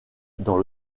dans